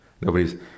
nobody's